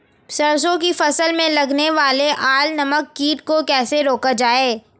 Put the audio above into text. सरसों की फसल में लगने वाले अल नामक कीट को कैसे रोका जाए?